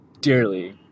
dearly